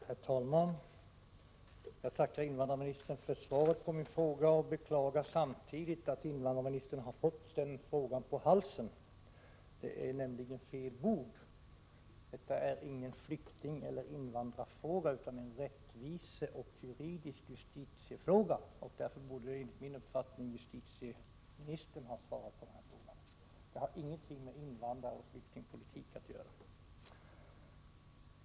Herr talman! Jag tackar invandrarministern för svaret på min fråga och beklagar samtidigt att invandrarministern har fått den här frågan på halsen. Det är nämligen fel bord. Detta är ingen flyktingeller invandrarfråga utan en rättviseoch justitiefråga. Därför borde enligt min mening justitieministern ha svarat på min fråga. Detta har ingenting med invandrareller flyktingpolitik att göra.